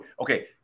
okay